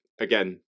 again